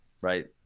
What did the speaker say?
right